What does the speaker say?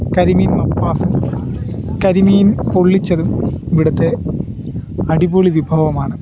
കരിമീൻ മപ്പാസ് കരിമീൻ പൊള്ളിച്ചത് ഇവിടുത്തെ അടിപൊളി വിഭവമാണ്